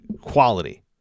quality